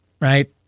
right